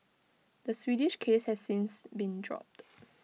the Swedish case has since been dropped